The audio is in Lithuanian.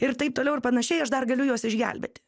ir taip toliau ir panašiai aš dar galiu juos išgelbėti